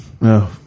No